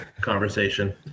conversation